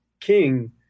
king